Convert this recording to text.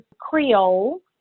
Creole